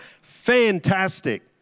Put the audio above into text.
Fantastic